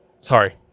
sorry